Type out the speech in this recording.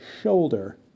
shoulder